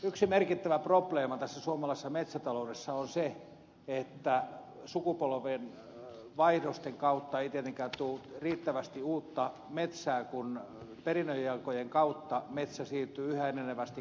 yksi merkittävä probleema tässä suomalaisessa metsätaloudessa on se että sukupolvenvaihdosten kautta ei tietenkään tule riittävästi uutta metsää kun perinnönjakojen kautta metsä siirtyy yhä enenevästi kaupunkilaismetsänomistajien haltuun